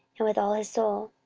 and with all his soul,